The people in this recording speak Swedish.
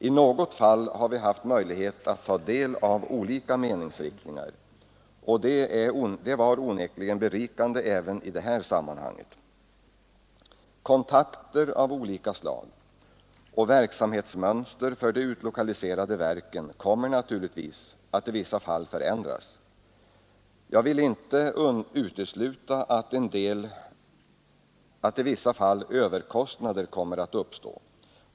I något fall har vi haft möjlighet att ta del av olika meningsriktningar. Det är onekligen berikande även i dessa sammanhang. Kontakter av olika slag och verksamhetsmönster för de utlokaliserade verken kommer naturligtvis att i vissa fall förändras. Jag vill inte utesluta att överkostnader i en del fall kommer att uppstå.